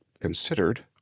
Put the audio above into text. considered